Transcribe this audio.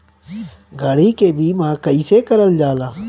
गाड़ी के बीमा कईसे करल जाला?